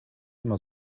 immer